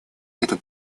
этот